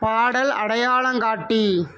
பாடல் அடையாளம் காட்டி